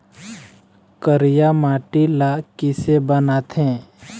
करिया माटी ला किसे बनाथे?